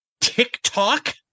TikTok